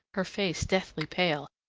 her face deathly pale,